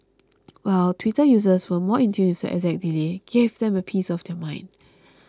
while Twitter users who were more in tune with the exact delay gave them a piece of their mind